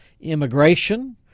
immigration